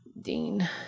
Dean